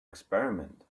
experiment